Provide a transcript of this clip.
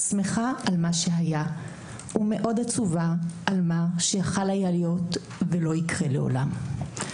שמחה על מה שהיה ומאוד עצובה שהיה יכול להיות ולא ייקרה לעולם.